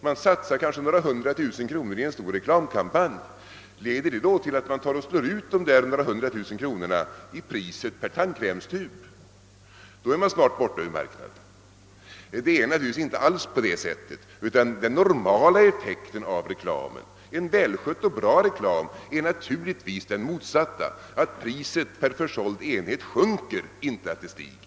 Han satsar kanske några hundra tusen kronor i en stor reklamkampanj. Leder detta då till att samma belopp slås ut i priset per tandkrämstub? Gör man det är man snart borta ur marknaden. Det förhåller sig naturligtvis inte alls på det sättet, utan den normala effekten av en välskött och bra reklam är naturligtvis den motsatta, nämligen att priset per försåld enhet sjunker, inte att det stiger.